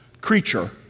creature